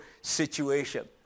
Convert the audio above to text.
situation